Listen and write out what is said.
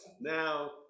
now